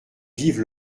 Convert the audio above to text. vivre